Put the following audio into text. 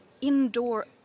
indoor